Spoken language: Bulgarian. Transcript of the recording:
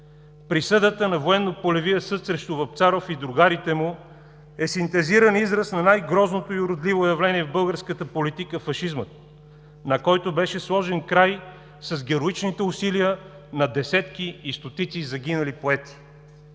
Присъдата на Военно-полевия съд срещу Вапцаров и другарите му е синтезиран израз на най-грозното и уродливо явление в българската политика – фашизма, на който беше сложен край с героичните усилия на десетки и стотици загинали поети.